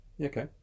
Okay